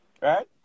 Right